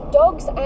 dogs